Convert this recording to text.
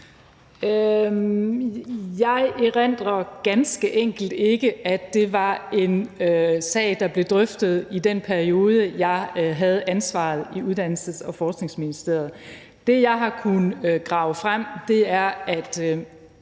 Jeg erindrer ganske enkelt ikke, at det var en sag, der blev drøftet i den periode, jeg havde ansvaret i Uddannelses- og Forskningsministeriet. Det, jeg har kunnet grave frem, er, at